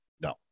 no